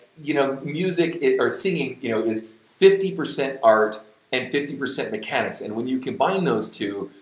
you know, music or singing, you know, is fifty percent art and fifty percent mechanics and when you combine those two,